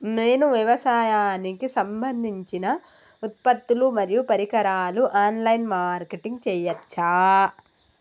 నేను వ్యవసాయానికి సంబంధించిన ఉత్పత్తులు మరియు పరికరాలు ఆన్ లైన్ మార్కెటింగ్ చేయచ్చా?